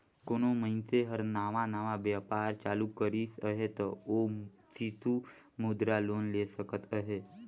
कोनो मइनसे हर नावा नावा बयपार चालू करिस अहे ता ओ सिसु मुद्रा लोन ले सकत अहे